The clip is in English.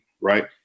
right